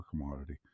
commodity